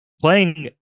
Playing